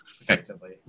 effectively